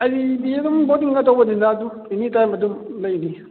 ꯑꯩꯗꯤ ꯑꯗꯨꯝ ꯕꯣꯔꯗꯤꯡ ꯑꯃ ꯇꯧꯕꯅꯤꯅ ꯑꯗꯨꯝ ꯑꯦꯅꯤ ꯇꯥꯏꯝ ꯑꯗꯨꯝ ꯂꯩꯅꯤ